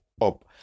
up